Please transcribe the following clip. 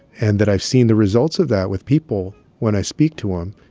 and that i've seen the results of that with people when i speak to them.